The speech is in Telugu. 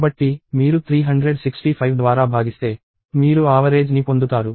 కాబట్టి మీరు 365 ద్వారా భాగిస్తే మీరు ఆవరేజ్ ని పొందుతారు